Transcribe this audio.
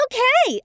Okay